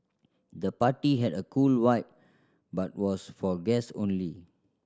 the party had a cool vibe but was for guests only